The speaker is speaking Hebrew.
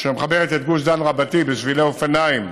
שמחברת את גוש דן רבתי בשבילי אופניים